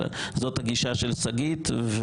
זאת הגישה של שגית.